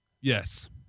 Yes